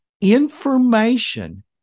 information